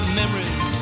memories